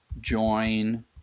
join